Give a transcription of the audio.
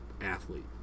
athlete